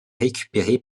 récupéré